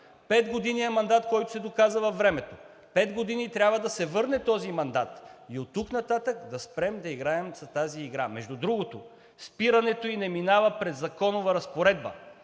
пет години е мандат, който се доказа във времето, пет години – трябва да се върне този мандат, и оттук нататък да спрем да играем с тази игра. Между другото, спирането ѝ не минава през законова разпоредба.